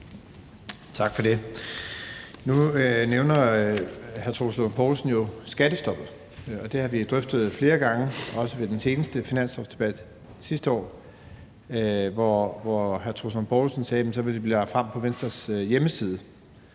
Tak for det. Nu nævner hr. Troels Lund Poulsen jo skattestoppet, og det har vi drøftet flere gange, også ved den seneste finanslovsdebat sidste år, hvor hr. Troels Lund Poulsen sagde: Det vil blive lagt frem på Venstres hjemmeside.